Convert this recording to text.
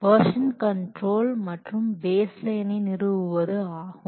version control மற்றும் பேஸ் லைனை நிறுவுவது ஆகும்